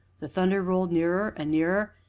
the thunder rolled nearer and nearer,